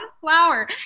flower